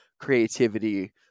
creativity